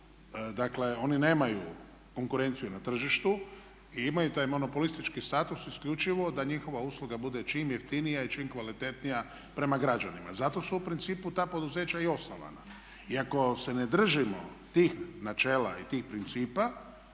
Dakle oni nemaju konkurenciju na tržištu i imaju taj monopolistički status isključivo da njihova usluga bude čim jeftinija i čim kvalitetnija prema građanima. Zato su u principu ta poduzeća i osnovana. I ako se ne držimo tih načela i tih principa